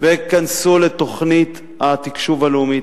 והם ייכנסו לתוכנית התקשוב הלאומית,